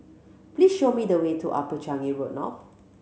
please show me the way to Upper Changi Road North